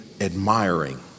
admiring